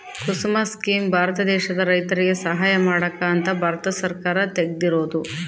ಕುಸುಮ scheme ಭಾರತ ದೇಶದ ರೈತರಿಗೆ ಸಹಾಯ ಮಾಡಕ ಅಂತ ಭಾರತ ಸರ್ಕಾರ ತೆಗ್ದಿರೊದು